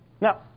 Now